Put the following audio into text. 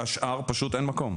השאר פשוט אין מקום.